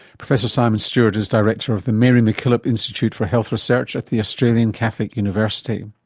professor simon stewart is director of the mary mackillop institute for health research at the australian catholic university.